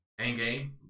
Endgame